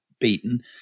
beaten